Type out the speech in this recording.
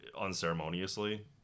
unceremoniously